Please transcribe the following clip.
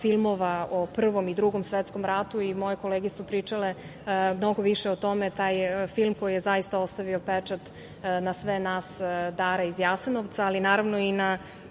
filmova o Prvom i Drugom svetskom ratu. Moje kolege su pričale mnogo više o tome, film koji je zaista ostavio pečat na sve nas, Dara iz Jasenovca, ali naravno i na